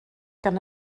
gan